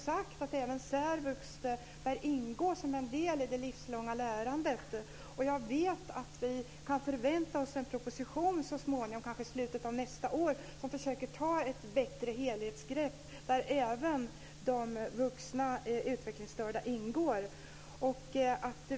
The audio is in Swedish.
Jag får väl fråga Yvonne Andersson om detta, eftersom hon deltar i kommittén. Jag vet att vi kan förvänta oss en proposition så småningom - kanske i slutet av nästa år - där man försöker ta ett bättre helhetsgrepp där även de vuxna utvecklingsstörda ingår.